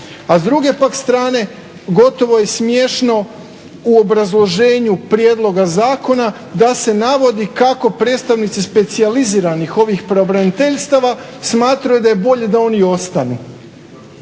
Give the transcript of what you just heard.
A s druge pak strane gotovo je smiješno u obrazloženju prijedloga zakona da se navodi kako predstavnici specijaliziranih ovih pravobraniteljstava smatraju da je bolje da oni ostanu.